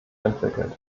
entwickelt